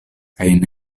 kaj